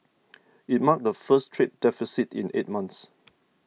it marked the first trade deficit in eight months